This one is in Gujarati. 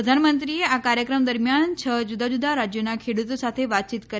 પ્રધાનમંત્રીએ આ કાર્યક્રમ દરમિયાન છ જુદા જુદા રાજ્યોના ખેડૂતો સાથે વાતચીત કરી